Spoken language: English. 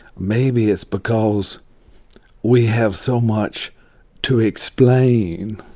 maybe it's because we have so much to explain.